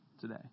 today